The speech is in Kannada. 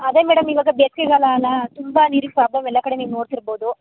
ಅದೇ ಮೇಡಮ್ ಇವಾಗ ಬೇಸಿಗೆಗಾಲ ಅಲ್ವಾ ತುಂಬ ನೀರಿಗೆ ಪ್ರಾಬ್ಲಮ್ ಎಲ್ಲ ಕಡೆ ನೀವು ನೋಡ್ತಿರ್ಬೋದು